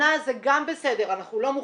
שנה זה גם בסדר, אנחנו לא מוכנים.